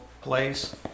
place